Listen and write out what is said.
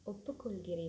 ஒப்புக்கொள்கிறேன்